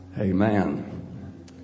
Amen